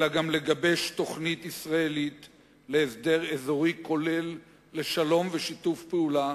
אלא גם לגבש תוכנית ישראלית להסדר אזורי כולל לשלום ולשיתוף פעולה,